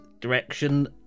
direction